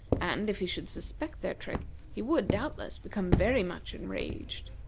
and, if he should suspect their trick he would, doubtless, become very much enraged.